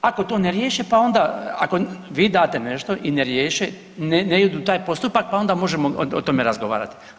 Ako to ne riješe pa onda, ako vi date nešto i ne riješe, ne idu u taj postupak pa onda možemo o tome razgovarati.